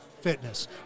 fitness